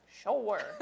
Sure